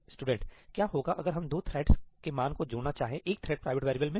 student क्या होगा अगर हम दो थ्रेड्स के मान को जोड़ना चाहे एक थ्रेड प्राइवेट वेरिएबल में